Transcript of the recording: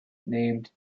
named